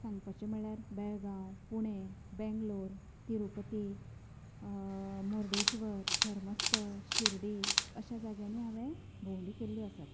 सांगपाचे म्हळ्यार बेळगांव पुणे बेंगलोर तिरुपती मुर्डेश्वर धर्मस्थळ शिर्डी अशें जाग्यांनीं हांवे भोंवडी केल्ल्यो आसात